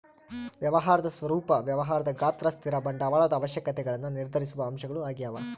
ವ್ಯವಹಾರದ ಸ್ವರೂಪ ವ್ಯಾಪಾರದ ಗಾತ್ರ ಸ್ಥಿರ ಬಂಡವಾಳದ ಅವಶ್ಯಕತೆಗುಳ್ನ ನಿರ್ಧರಿಸುವ ಅಂಶಗಳು ಆಗ್ಯವ